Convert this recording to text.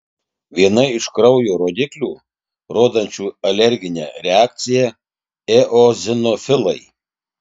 viena iš kraujo rodiklių rodančių alerginę reakciją eozinofilai